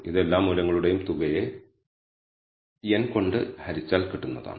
ഇത് എല്ലാ മൂല്യങ്ങളുടെയും തുകയെ n കൊണ്ട് ഹരിച്ചാൽ കിട്ടുന്നതാണ്